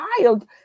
child